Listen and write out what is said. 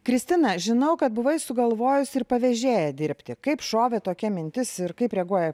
kristina žinau kad buvai sugalvojus ir pavėžėja dirbti kaip šovė tokia mintis ir kaip reaguoja